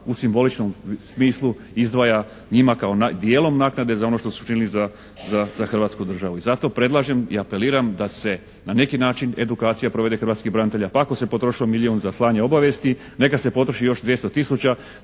u simboličnom smislu izdvaja njima kao dijelom naknade za ono što su učinili za Hrvatsku državu. I zato predlažem i apeliram da se na neki način edukacija provede hrvatskih branitelja pa ako se potrošilo milijun za slanje obavijesti neka se potroši još 200 tisuća